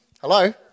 Hello